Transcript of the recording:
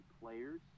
players